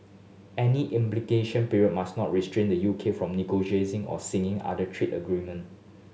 any implementation period must not restrain the U K from negotiating or signing other trade agreement